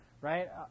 right